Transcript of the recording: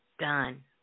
done